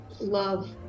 love